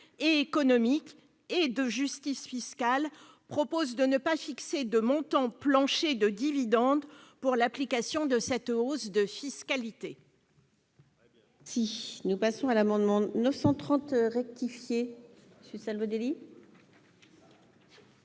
et économique et de justice fiscale, proposent de ne pas fixer de montant plancher de dividendes pour l'application de cette hausse de fiscalité.